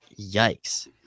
yikes